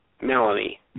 Melanie